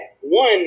one